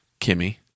Kimmy